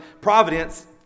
providence